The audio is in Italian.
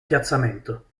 piazzamento